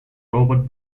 robert